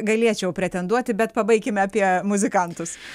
galėčiau pretenduoti bet pabaikime apie muzikantus